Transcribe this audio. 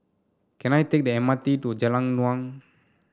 can I take the M R T to Jalan Naung